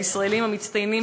הישראלים המצטיינים,